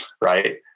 Right